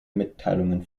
mitteilungen